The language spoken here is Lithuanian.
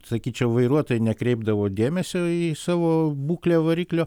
sakyčiau vairuotojai nekreipdavo dėmesio į savo būklę variklio